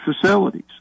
facilities